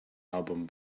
album